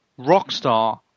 Rockstar